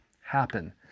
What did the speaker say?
happen